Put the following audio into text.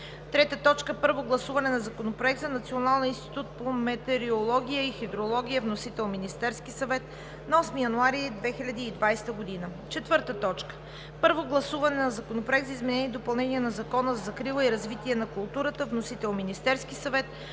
2020 г. 3. Първо гласуване на Законопроекта за Националния институт по метеорология и хидрология. Вносител е Министерският съвет на 8 януари 2020 г. 4. Първо гласуване на Законопроекта за изменение и допълнение на Закона за закрила и развитие на културата. Вносител е Министерският съвет